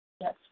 Yes